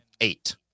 eight